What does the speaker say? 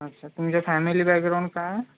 अच्छा तुमचं family background काय